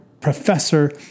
Professor